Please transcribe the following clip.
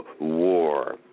war